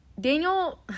Daniel